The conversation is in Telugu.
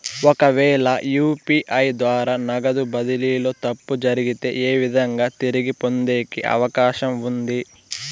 ఒకవేల యు.పి.ఐ ద్వారా నగదు బదిలీలో తప్పు జరిగితే, ఏ విధంగా తిరిగి పొందేకి అవకాశం ఉంది?